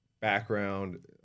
background